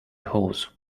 horse